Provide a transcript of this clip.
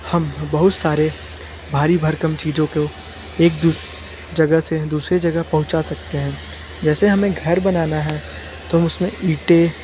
हम बहुत सारे भारी भरकम चीज़ों को एक दूसरी जगह से दूसरे जगह पहुँचा सकते हैं जैसे हमें घर बनाना है तो हम उसमें ईटें